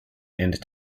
and